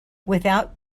without